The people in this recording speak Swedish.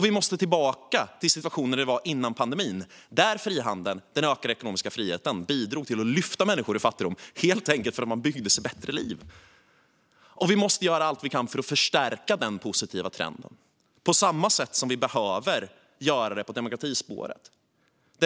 Vi måste tillbaka till den situation som var före pandemin, där frihandeln och den ökade ekonomiska friheten bidrog till att lyfta människor ur fattigdom helt enkelt för att de byggde sig bättre liv. Vi måste göra allt vi kan för att förstärka den positiva trenden på samma sätt som vi behöver göra med demokratispåret.